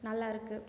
நல்லா இருக்குது